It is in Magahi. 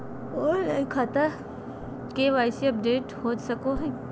ऑनलाइन के.वाई.सी अपडेट हो सको है की?